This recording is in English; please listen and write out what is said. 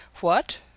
What